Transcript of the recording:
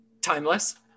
timeless